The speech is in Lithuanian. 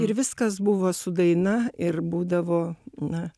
ir viskas buvo su daina ir būdavo na